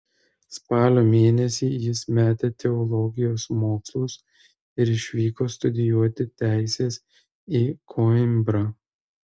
spalio mėnesį jis metė teologijos mokslus ir išvyko studijuoti teisės į koimbrą